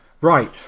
Right